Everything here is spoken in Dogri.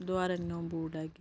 दबारा नी अ'ऊं बूट लैगी